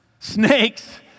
Snakes